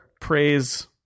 praise